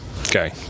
okay